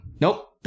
Nope